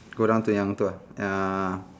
go down to yang tu ah uh